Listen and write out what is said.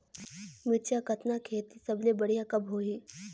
मिरचा कतना खेती सबले बढ़िया कब होही?